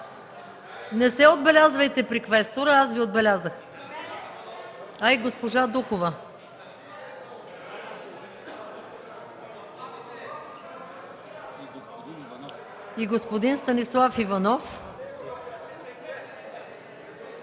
Не се отбелязвайте при квестора – аз Ви отбелязах. И госпожа Дукова, и господин Станислав Иванов,